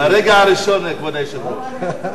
מהרגע הראשון, כבוד היושב-ראש.